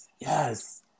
yes